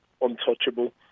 untouchable